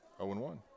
0-1